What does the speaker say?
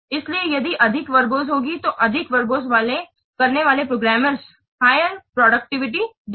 इसलिए यदि अधिक वर्बोस होगी तो अधिक वर्बोस करने वाला प्रोग्रामर हायर प्रोडक्टिविटी देगा